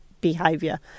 behavior